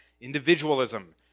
Individualism